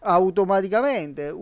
automaticamente